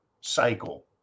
cycle